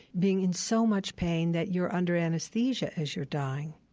being in so much pain that you're under anesthesia as you're dying,